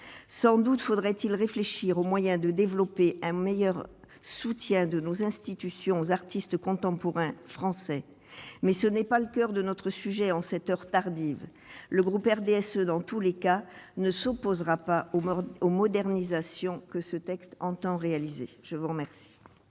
sans doute faudrait-il réfléchir aux moyens de développer un meilleur soutien de nos institutions artistes contemporains français mais ce n'est pas le coeur de notre sujet en cette heure tardive, le groupe RDSE dans tous les cas ne s'opposera pas au bord au modernisation que ce texte entend réaliser, je vous remercie.